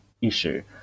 issue